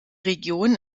region